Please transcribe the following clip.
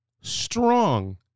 strong